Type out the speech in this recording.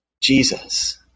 Jesus